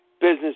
business